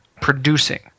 producing